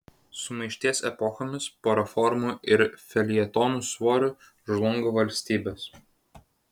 sumaišties epochomis po reformų ir feljetonų svoriu žlunga valstybės